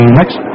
next